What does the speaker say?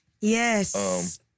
Yes